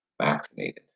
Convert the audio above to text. vaccinated